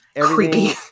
Creepy